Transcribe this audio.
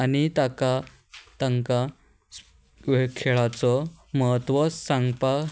आनी ताका तांकां खेळाचो म्हत्व सांगपाक